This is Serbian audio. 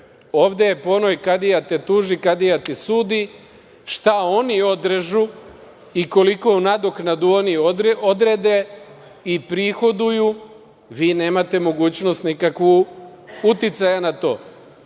je po onoj – „Kadija te tuži, kadija ti sudi“. Šta oni odrežu i koliku nadoknadu oni odrede i prihoduju, vi nemate mogućnost nikakvu, uticaja na to.